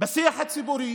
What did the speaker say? בשיח הציבורי